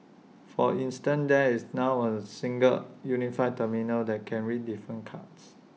for instance there is now A single unified terminal that can read different cards